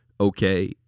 okay